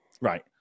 Right